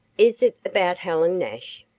is it about helen nash?